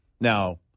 now